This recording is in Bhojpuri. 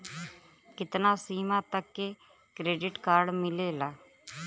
कितना सीमा तक के क्रेडिट कार्ड मिलेला?